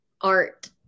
art